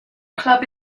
club